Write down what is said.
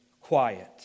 quiet